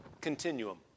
continuum